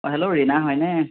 অঁ হেল্ল' ঋণা হয়নে